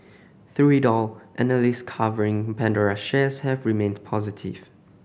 through it all analyst covering Pandora's shares have remained positive